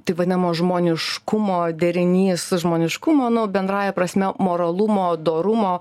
taip vadinamo žmoniškumo derinys žmoniškumo nu bendrąja prasme moralumo dorumo